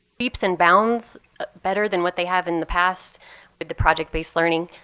leaps and bounds better than what they have in the past with the project-based learning.